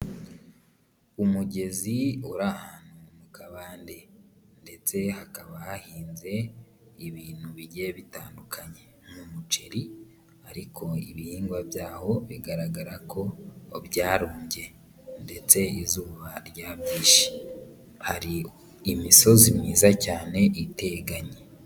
Umugezi uri ahantu mu kabande ndetse hakaba hahinze ibintu bigiye bitandukanye, ni umuceri ariko ibihingwa by'aho bigaragara ko byarumbye ndetse izuba ryabyishe, hari imisozi myiza cyane iteganye.